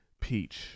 peach